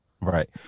Right